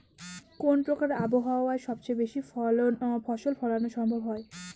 কোন প্রকার আবহাওয়ায় সবচেয়ে বেশি ফসল ফলানো সম্ভব হয়?